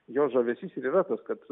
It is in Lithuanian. jo žavesys ir yra tas kad